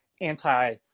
anti-